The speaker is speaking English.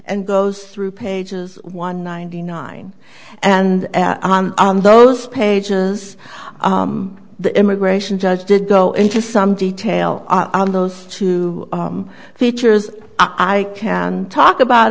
and goes through pages one ninety nine and on those pages the immigration judge did go into some detail on those two features i can talk about